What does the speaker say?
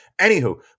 Anywho